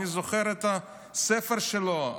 אני זוכר את הספר שלו,